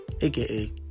aka